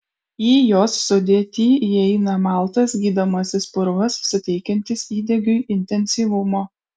į jos sudėtį įeina maltas gydomasis purvas suteikiantis įdegiui intensyvumo